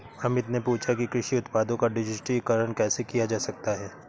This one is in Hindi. अमित ने पूछा कि कृषि उत्पादों का डिजिटलीकरण कैसे किया जा सकता है?